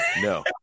No